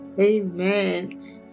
Amen